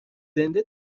زنده